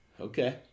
Okay